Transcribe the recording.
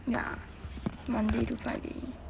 ya monday to friday